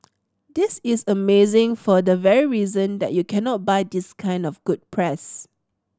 this is amazing for the very reason that you cannot buy this kind of good press